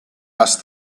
asked